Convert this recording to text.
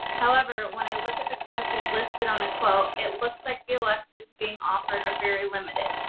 however, when i look at the courses listed on the quote, it looks like the electives being offered are very limited.